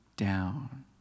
down